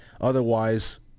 otherwise